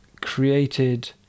created